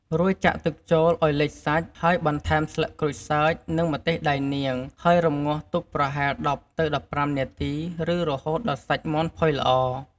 រួចចាក់ទឹកចូលឱ្យលិចសាច់ ហើយបន្ថែមស្លឹកក្រូចសើច និងម្ទេសដៃនាង ហើយរម្ងាស់ទុកប្រហែល ១០ទៅ១៥ នាទី ឬរហូតដល់សាច់មាន់ផុយល្អ។